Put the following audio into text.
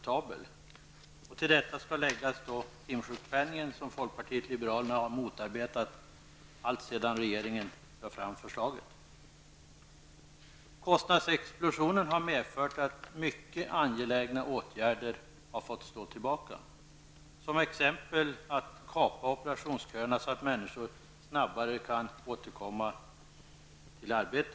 Till detta skall läggas timsjukpenningen som folkpartiet liberalerna har motarbetat alltsedan regeringen lade fram förslaget. Kostnadsexplosionen har medfört att mycket angelägna åtgärder har fått stå tillbaka. Det gäller t.ex. åtgärderna att kapa operationsköerna så att människor snabbare kan återgå i arbete.